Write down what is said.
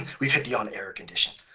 we've hit the onerror condition.